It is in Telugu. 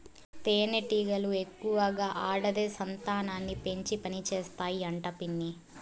తేనెటీగలు ఎక్కువగా ఆడదే సంతానాన్ని పెంచి పనిచేస్తాయి అంట పిన్ని